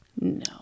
No